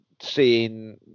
seeing